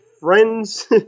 friends